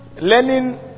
Learning